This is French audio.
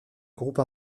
groupes